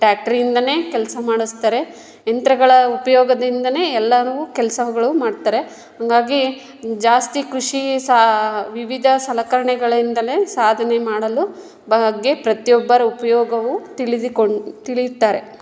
ಟ್ಯಾಕ್ಟ್ರಿಯಿಂದಲೇ ಕೆಲಸ ಮಾಡಿಸ್ತಾರೆ ಯಂತ್ರಗಳ ಉಪಯೋಗದಿಂದಲೇ ಎಲ್ಲನೂ ಕೆಲಸಗಳು ಮಾಡ್ತಾರೆ ಹಾಗಾಗಿ ಜಾಸ್ತಿ ಕೃಷಿ ಸಾ ವಿವಿಧ ಸಲಕರಣೆಗಳಿಂದಲೇ ಸಾಧನೆ ಮಾಡಲು ಬಗ್ಗೆ ಪ್ರತಿಯೊಬ್ಬರು ಉಪಯೋಗವು ತಿಳಿದುಕೊಂಡು ತಿಳಿಯುತ್ತಾರೆ